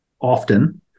often